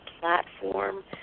platform